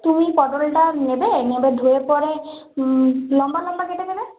তুমি পটলটা নেবে নেবে ধুয়ে পরে লম্বা লম্বা কেটে নেবে